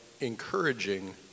encouraging